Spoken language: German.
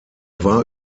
war